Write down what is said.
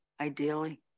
ideally